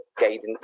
guidance